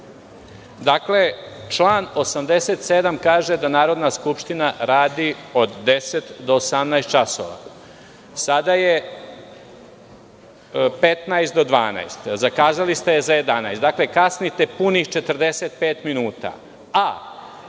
Dakle, član 87. kaže da Narodna skupština radi od 10 do 18 časova. Sada je 15 minuta do 12 časova, a zakazali ste je za 11. Dakle, kasnite punih 45 minuta,